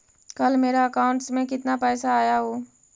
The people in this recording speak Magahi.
कल मेरा अकाउंटस में कितना पैसा आया ऊ?